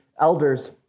elders